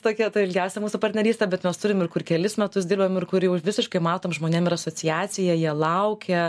tokia ta ilgiausia mūsų partnerystė bet mes turim ir kur kelis metus dirbam ir kur jau visiškai matom žmonėm ir asociacija jie laukia